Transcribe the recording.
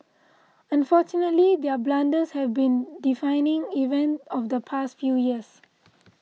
unfortunately their blunders have been defining event of the past few years